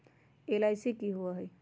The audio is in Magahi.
एल.आई.सी की होअ हई?